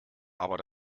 aber